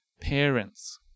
parents